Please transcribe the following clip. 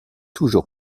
toujours